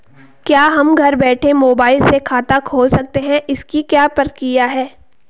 क्या हम घर बैठे मोबाइल से खाता खोल सकते हैं इसकी क्या प्रक्रिया है?